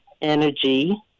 energy